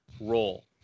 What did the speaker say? role